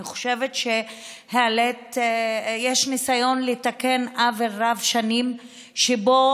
אני חושבת שיש ניסיון לתקן עוול רב שנים שבו